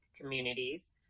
communities